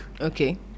okay